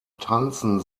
tanzen